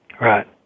Right